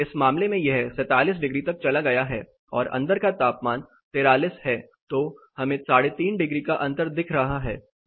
इस मामले में यह 47 डिग्री तक चला गया है और अंदर का तापमान 43 है तो हमें 35 डिग्री का अंतर दिख रहा है